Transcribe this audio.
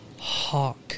Hawk